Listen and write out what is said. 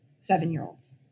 seven-year-olds